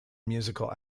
musical